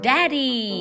Daddy